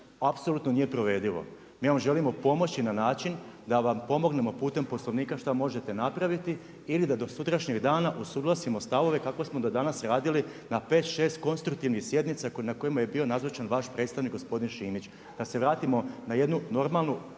apsolutno nije provedivo. Mi vam želimo pomoći na način da vam pomognemo putem poslovnika šta možete napraviti ili da do sutrašnjeg dana usuglasimo stavove kako smo do danas radili na 5, 6 konstruktivnih sjednica na kojima je bio nazočan vaš predstavnik gospodin Šimić. Da se vratimo na jednu normalnu